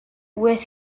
with